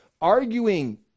arguing